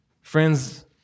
Friends